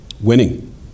Winning